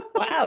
Wow